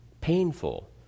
painful